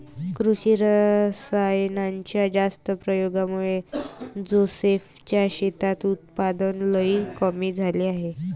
कृषी रासायनाच्या जास्त प्रयोगामुळे जोसेफ च्या शेतात उत्पादन लई कमी झाले आहे